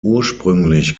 ursprünglich